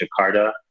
Jakarta